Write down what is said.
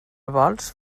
vols